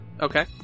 Okay